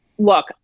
Look